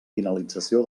finalització